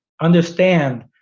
understand